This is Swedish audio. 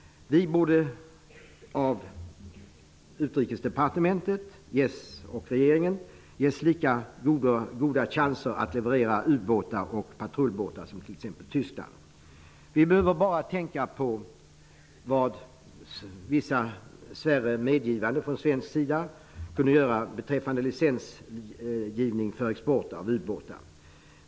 Utrikesdepartementet och regeringen borde se till att vi får lika goda chanser att leverera u-båtar och patrullbåtar som Tyskland. Vi behöver bara tänka på vad vissa smärre medgivanden från svensk sida kunde göra beträffande licensgivning för export av ubåtar.